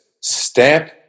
stamp